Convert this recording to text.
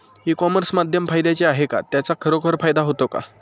E commerce माध्यम फायद्याचे आहे का? त्याचा खरोखर फायदा होतो का?